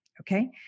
okay